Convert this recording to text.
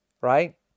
right